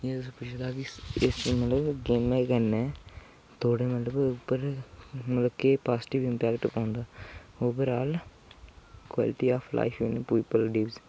जि'यां तुसें पुच्छे दा ऐ कि गेमें कन्नै तुं'दें उप्पर केह् पॉज़िटिव इम्पैक्ट आंदा overall quality of life people लीवस